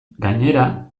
gainera